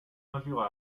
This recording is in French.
injures